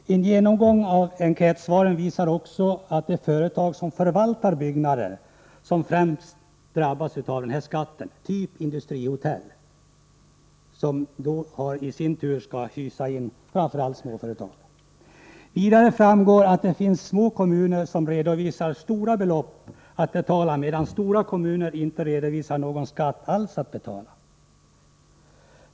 Vid en genomgång av enkätsvaren finner man också att det är de företag som förvaltar byggnader som främst drabbas av den här skatten — typ industrihotell, som i sin tur skall hysa in framför allt små företag. Vidare framgår det att det finns små kommuner som redovisar stora belopp att betala, medan stora kommuner inte redovisar någon skatt alls att betala.